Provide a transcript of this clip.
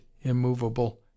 immovable